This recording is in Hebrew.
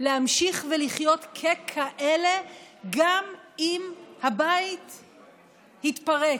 להמשיך ולחיות ככאלה גם אם הבית יתפרק,